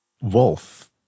Wolf